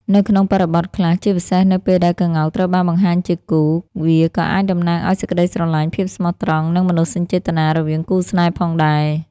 នៅក្នុងបរិបទខ្លះ ជាពិសេសនៅពេលដែលក្ងោកត្រូវបានបង្ហាញជាគូ វាក៏អាចតំណាងឱ្យ សេចក្តីស្រឡាញ់ ភាពស្មោះត្រង់ និង មនោសញ្ចេតនា រវាងគូស្នេហ៍ផងដែរ។